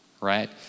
right